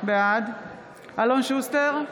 בעד אלון שוסטר,